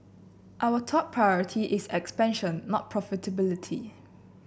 our top priority is expansion not profitability